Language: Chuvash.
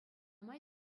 май